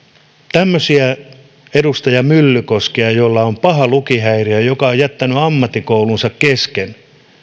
tämmöinen edustaja myllykoski jolla on paha lukihäiriö ja ja joka on jättänyt ammattikoulunsa kesken